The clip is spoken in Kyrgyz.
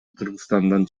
кыргызстандан